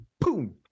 boom